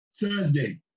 Thursday